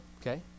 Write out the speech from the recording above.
Okay